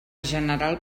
general